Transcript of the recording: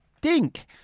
Dink